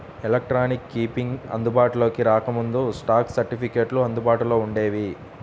electronic keeping అందుబాటులోకి రాకముందు, stock సర్టిఫికెట్లు అందుబాటులో వుండేవి